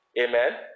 Amen